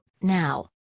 now